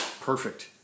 Perfect